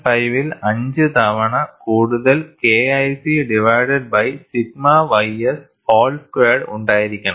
5 ൽ അഞ്ച് തവണ കൂടുതൽ KIC divided by sigma ys whole squared ഉണ്ടായിരിക്കണം